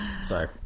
Sorry